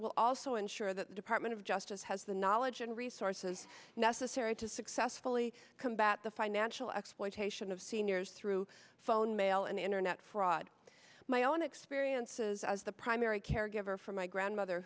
ill also ensure that the department of justice has the knowledge and resources necessary to successfully combat the financial exploitation of seniors through phone mail and internet fraud my own experiences as the primary caregiver for my grandmother